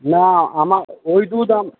না ওই দুধ